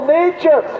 nature